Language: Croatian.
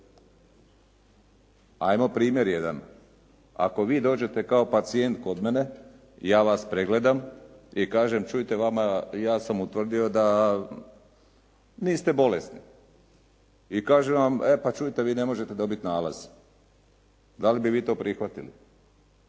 'Ajmo primjer jedan, ako vi dođete kao pacijent kod mene, ja vas pregledam i kažem čujte ja sam utvrdio da niste bolesni i kažem vam, e pa vi čujte pa vi ne možete dobiti nalaz. Dali bi vi to prihvatili?